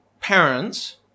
parents